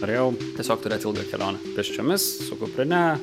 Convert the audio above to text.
norėjau tiesiog turėt ilgą kelionę pėsčiomis su kuprine